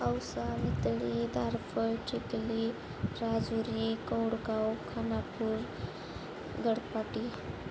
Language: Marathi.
औसा नितळी दारफर चिकली राजुरी गोडगाव खानापूर गडपाटी